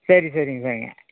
சரி சரிங்க சரிங்க